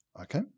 Okay